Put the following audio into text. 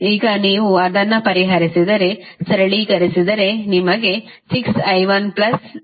ಈಗ ನೀವು ಅದನ್ನು ಪರಿಹರಿಸಿದರೆ ಸರಳೀಕರಿಸಿದರೆ ನಿಮಗೆ 6i114i220 ಸಿಗುತ್ತದೆ